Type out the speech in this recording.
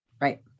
Right